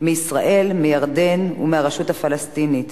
מישראל, מירדן ומהרשות הפלסטינית